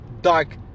dark